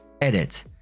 Edit